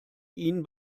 ihn